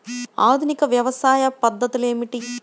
ఆధునిక వ్యవసాయ పద్ధతులు ఏమిటి?